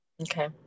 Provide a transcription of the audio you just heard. Okay